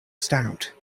stout